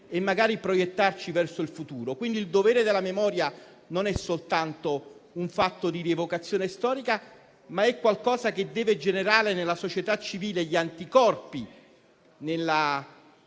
e magari proiettarci verso il futuro. Quindi, il dovere della memoria non è soltanto un fatto di rievocazione storica, ma è anche un qualcosa che deve generare gli anticorpi nella